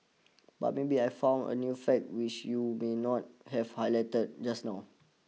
but maybe I found a few fact which you may not have highlighted just now